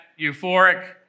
euphoric